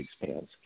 expands